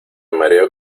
mareo